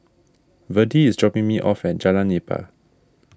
Virdie is dropping me off at Jalan Nipah